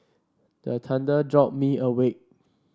the thunder jolt me awake